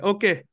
Okay